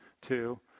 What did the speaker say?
two